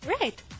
Right